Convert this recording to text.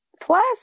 plus